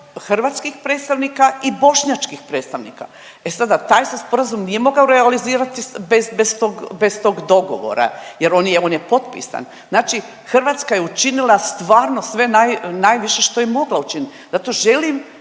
hrvatskih predstavnika i bošnjačkih predstavnika. E sada, taj se sporazum nije mogao realizirati bez, bez tog, bez tog dogovora jer on je. On je potpisan. Znači Hrvatske je učinila stvarno sve naj, najviše što je mogla učinit. Ja to želim